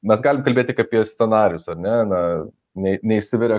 mes galim kalbėt tik apie scenarijus ar ne na nei neišsiveria